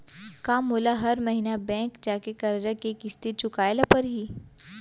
का मोला हर महीना बैंक जाके करजा के किस्ती चुकाए ल परहि?